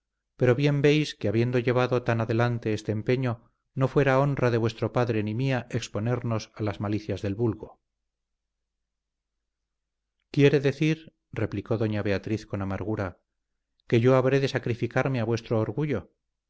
pero bien veis que habiendo llevado tan adelante este empeño no fuera honra de vuestro padre ni mía exponernos a las malicias del vulgo quiere decir replicó doña beatriz con amargura que yo habré de sacrificarme a vuestro orgullo